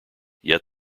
yet